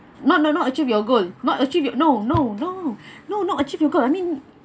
not not not achieve your goal not achieve your no no no no not achieve your goal I mean